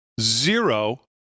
zero